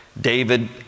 David